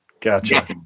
Gotcha